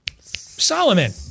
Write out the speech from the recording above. Solomon